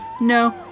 No